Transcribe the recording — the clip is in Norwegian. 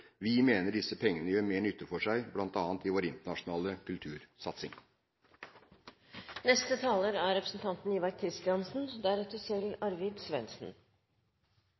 Vi mener disse pengene gjør mer nytte for seg bl.a. i vår internasjonale